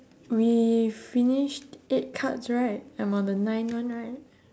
we finished eight cards right I'm on the nine one right